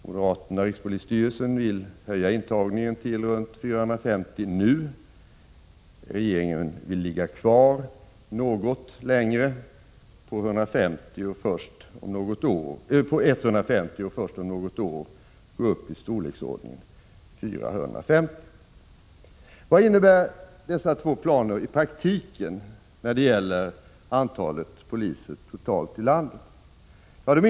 Moderaterna i rikspolisstyrelsen vill höja intagningen till runt 450 nu. Regeringen vill ligga kvar något längre på 150, och först om något år gå upp till storleksordningen 450. Vad innebär dessa två planer i praktiken när det gäller antalet poliser totalt ilandet?